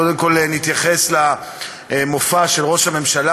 קודם כול נתייחס למופע של ראש הממשלה,